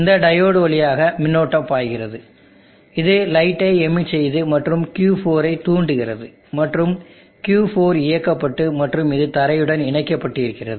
இந்த டையோடு வழியாக மின்னோட்டம் பாய்கிறது இது லைட்டை எமிட் செய்து மற்றும் Q4 ஐ தூண்டுகிறது மற்றும் Q4 இயக்கப்பட்டு மற்றும் இது தரையுடன் இணைக்கப்பட்டிருக்கிறது